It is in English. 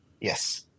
Yes